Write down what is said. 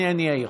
אני אעיר.